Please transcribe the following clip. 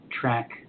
track